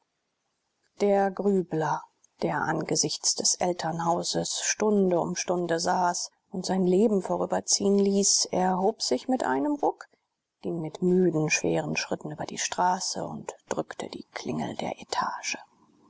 der grübler der angesichts des elternhauses stunde um stunde saß und sein leben vorüberziehen ließ erhob sich mit einem ruck ging mit müden schweren schritten über die straße und drückte die klingel der etage